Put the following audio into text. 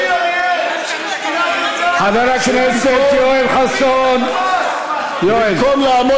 למה, חבר הכנסת יואל חסון, תמשיך להגן